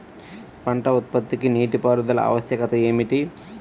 పంట ఉత్పత్తికి నీటిపారుదల ఆవశ్యకత ఏమిటీ?